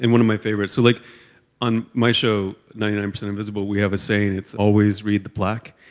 and one of my favorites, so, like on my show, ninety nine percent invisible, we have a saying. it's, always read the plaque.